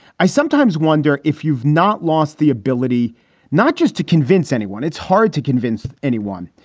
i sometimes wonder if you've not lost the ability not just to convince anyone. it's hard to convince anyone,